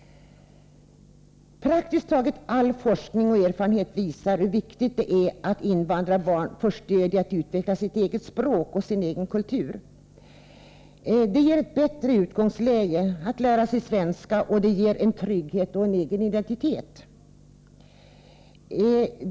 Praktiskt taget all forskning och erfarenhet visar hur viktigt det är att invandrarbarn får stöd i att utveckla sitt eget språk och sin egen kultur. Det ger ett bättre utgångsläge när det gäller att lära sig svenska, och det ger en trygghet och en egen identitet.